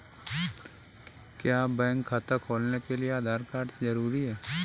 क्या बैंक खाता खोलने के लिए आधार कार्ड जरूरी है?